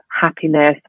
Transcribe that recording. happiness